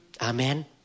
Amen